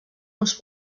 uns